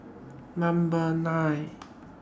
Number nine